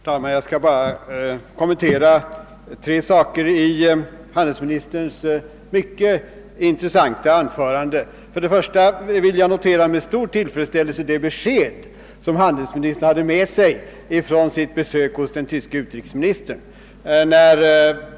Herr talman! Jag skall bara kommentera tre saker i handelsministerns mycket intressanta anförande. Först vill jag med stor tillfredsställelse notera det besked som handelsministern medförde från den tyske utrikesministern.